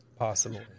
Possible